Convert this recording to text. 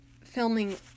filming